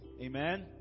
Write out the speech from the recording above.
Amen